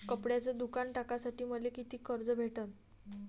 कपड्याचं दुकान टाकासाठी मले कितीक कर्ज भेटन?